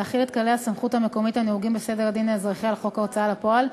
להחיל את כללי הסמכות המקומית הנהוגים בסדר האזרחי על חוק ההוצאה לפועל,